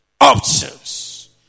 options